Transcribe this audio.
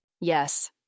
Yes